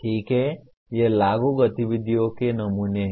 ठीक है ये लागू गतिविधियों के नमूने हैं